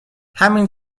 همین